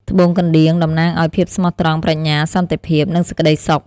ត្បូងកណ្ដៀង តំណាងឱ្យ ភាពស្មោះត្រង់ ប្រាជ្ញា សន្តិភាព និងសេចក្ដីសុខ។